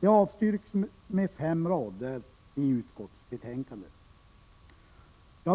de avfärdas med fem rader i utskottsbetänkandet. Herr talman!